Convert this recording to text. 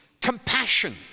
Compassion